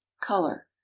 color